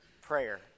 prayer